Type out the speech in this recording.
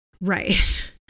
Right